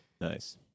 Nice